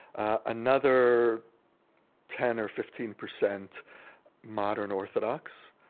another ten or fifteen percent modern orthodox.